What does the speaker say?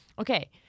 Okay